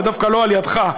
דווקא לא על-ידיך,